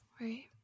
Right